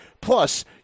Plus